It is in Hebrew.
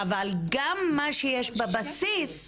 אבל גם מה שיש בבסיס הורידו.